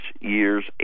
years